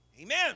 Amen